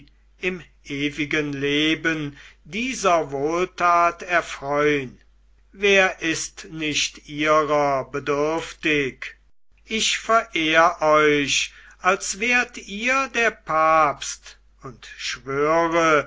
im ewigen leben dieser wohltat erfreun wer ist nicht ihrer bedürftig ich verehr euch als wärt ihr der papst und schwöre